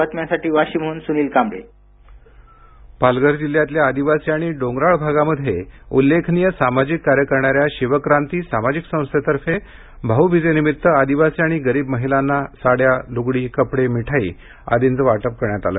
भाऊबीज पालघर पालघर जिल्ह्यातल्या आदिवासी आणि डोंगराळ भागामध्ये उल्लेखनीय सामाजिक कार्य करणाऱ्या शिवक्रांती सामाजिक संस्थेतर्फे भाऊबिजेनिमित्त आदिवासी आणि गरीब महिलांना साड्या लूगडी कपडे मिठाई आदींचं वाटप करण्यात आलं